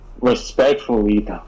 Respectfully